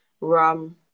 rum